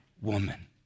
woman